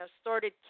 started